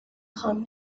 خوام